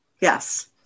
Yes